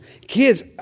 Kids